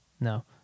No